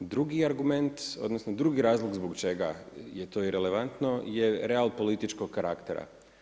Drugi argument odnosno drugi razlog zbog čega je to irelevantno je real političkog karaktera.